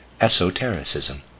esotericism